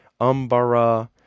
Umbara